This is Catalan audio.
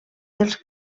dels